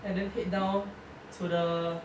and then head down to the